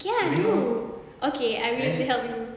okay ah do okay I will help you